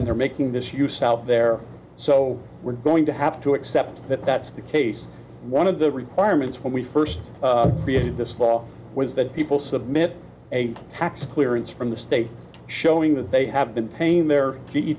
and they're making this use out there so we're going to have to accept that that's the case one of the requirements when we first did this fall was that people submit a tax clearance from the state showing that they have been paying their